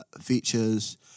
features